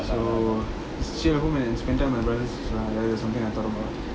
so just chill at home and spend time with my brothers is ya that's something I thought about